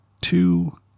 two